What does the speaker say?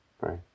right